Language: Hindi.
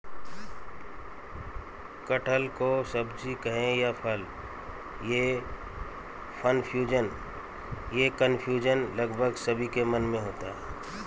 कटहल को सब्जी कहें या फल, यह कन्फ्यूजन लगभग सभी के मन में होता है